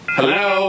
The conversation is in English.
hello